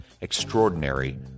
Extraordinary